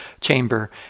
chamber